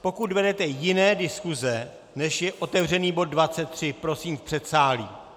Pokud vedete jiné diskuze, než je otevřený bod 23, prosím v předsálí.